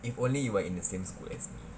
if only you were in the same school as me